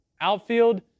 outfield